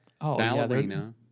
ballerina